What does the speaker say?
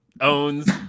owns